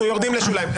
אנחנו יורדים לשוליים.